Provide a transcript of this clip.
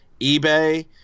ebay